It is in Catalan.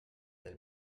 del